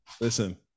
Listen